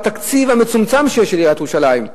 בתקציב המצומצם שיש לעיריית ירושלים,